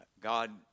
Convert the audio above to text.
God